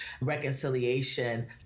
reconciliation